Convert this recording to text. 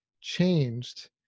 changed